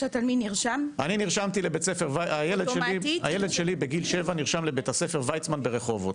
הילד שלי בן 7 ונרשם לבית-הספר ויצמן ברחובות.